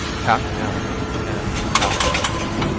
half animal and half vegetable?